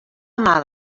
mal